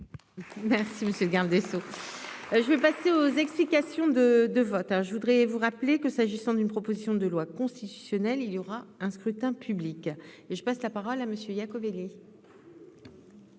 monsieur le garde des Sceaux. Je vais passer aux explications. De de vote, je voudrais vous rappeler que, s'agissant d'une proposition de loi constitutionnelle il y aura un scrutin public et je passe la parole à Monsieur Iacobelli.